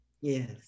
yes